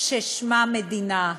ששמה מדינה".